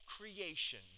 creation